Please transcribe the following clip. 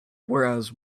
whereas